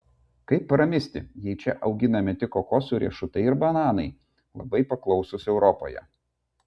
kaip pramisti jei čia auginami tik kokosų riešutai ir bananai labai paklausūs europoje